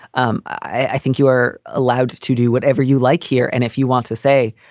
um i think you are allowed to do whatever you like here. and if you want to say,